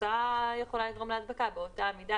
התפוסה יכולה לגרום להדבקה באותה מידה,